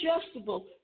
adjustable